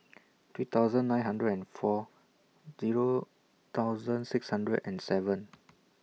three thousand nine hundred and four Zero thousand six hundred and seven